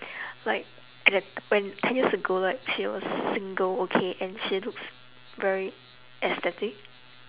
like I get when ten years ago like she was single okay and she looks very aesthetic